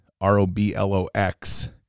R-O-B-L-O-X